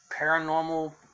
Paranormal